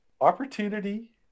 opportunity